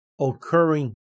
occurring